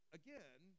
again